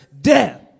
death